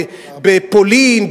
בפולין,